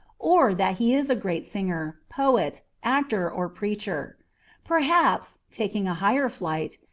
or, that he is a great singer, poet, actor, or preacher perhaps, taking a higher flight,